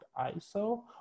ISO